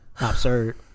absurd